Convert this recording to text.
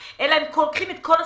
אלא לוקחים את כל הסמכות.